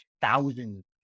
thousands